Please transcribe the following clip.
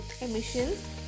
emissions